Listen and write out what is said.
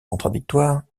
contradictoires